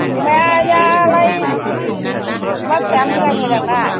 अमायालाय अमा फिसाया मोजां मोजांना